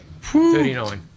39